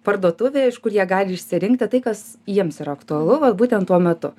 parduotuvė iš kur jie gali išsirinkti tai kas jiems yra aktualu vat būtent tuo metu